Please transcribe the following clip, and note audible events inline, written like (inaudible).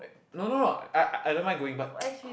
no no no I I don't mind going but (noise)